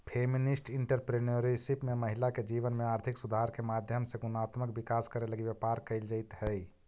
feminist entrepreneurship में महिला के जीवन में आर्थिक सुधार के माध्यम से गुणात्मक विकास करे लगी व्यापार कईल जईत हई